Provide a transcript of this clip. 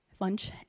lunch